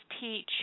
teach